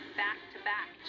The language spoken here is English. back-to-back